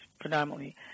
predominantly